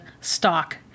stock